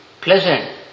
pleasant